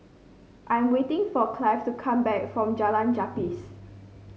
I am waiting for Clive to come back from Jalan Gapis